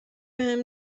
بهم